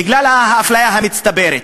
בגלל האפליה המצטברת.